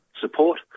support